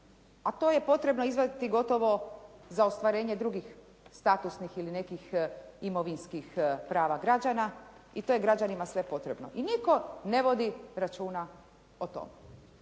a to je potrebno izvaditi gotovo za ostvarenje drugih statusnih ili nekih imovinskih prava građana i to je građanima sve potrebno i nitko ne vodi računa o tome,